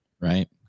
Right